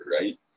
right